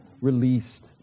released